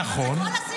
נכון.